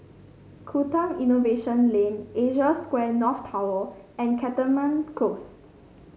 Tukang Innovation Lane Asia Square North Tower and Cantonment Close